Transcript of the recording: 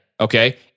Okay